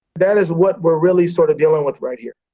that is what we're really sort of dealing with right here.